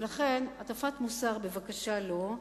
לכן, הטפת מוסר, בבקשה לא.